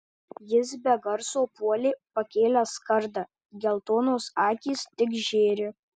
jis be garso puolė pakėlęs kardą geltonos akys tik žėri